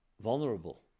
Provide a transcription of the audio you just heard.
vulnerable